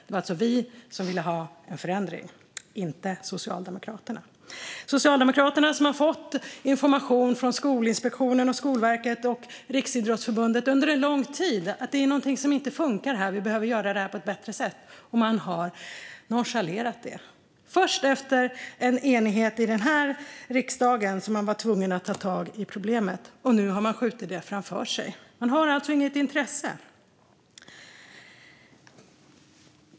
Det var alltså vi som ville ha en förändring, inte Socialdemokraterna. Socialdemokraterna har fått information från Skolinspektionen, Skolverket och Riksidrottsförbundet under lång tid om att det är någonting som inte funkar och att det behöver göras på ett bättre sätt, och man har nonchalerat det. Först efter en enighet i den här kammaren var man tvungen att ta tag i problemet, och nu har man skjutit det framför sig. Man har alltså inget intresse av det här.